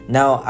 Now